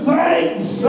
thanks